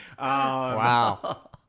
Wow